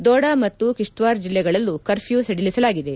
ದೋಡಾ ಮತ್ತು ಕಿಷ್ಟ್ವಾರ್ ಜಿಲ್ಲೆಗಳಲ್ಲೂ ಕರ್ಫ್ಯೂ ಸಡಿಸಲಾಗಿದೆ